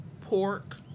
pork